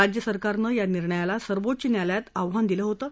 राज्य सरकारनक्री निर्णयाला सर्वोच्च न्यायालयात कव्हान दिलं होतं